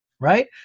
right